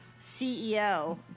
CEO